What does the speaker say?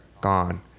gone